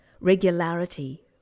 regularity